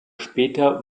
später